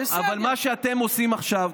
אבל מה שאתם עושים עכשיו,